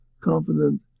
confident